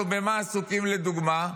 או במה עסוקים לדוגמה?